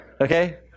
Okay